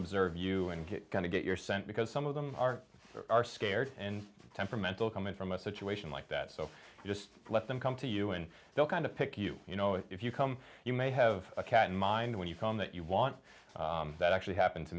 observe you and get going to get your scent because some of them are scared temperamental coming from a situation like that so just let them come to you and they'll kind of pick you you know if you come you may have a cat in mind when you come that you want that actually happened to